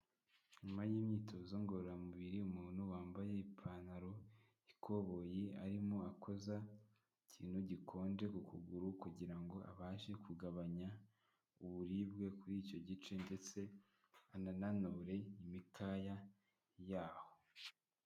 Nyuma y'imyitozo ngororamubiri, umuntu wambaye ipantaro y'ikoboyi arimo akoza ikintu gikonje ku kuguru kugira ngo abashe kugabanya uburibwe kuri icyo gice ndetse anananure imikaya yaho.